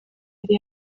yari